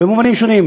במובנים שונים,